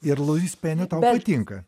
ir louise penny tau patinka